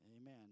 Amen